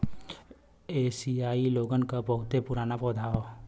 एसिआई लोगन क बहुते पुराना पौधा हौ